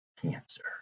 cancer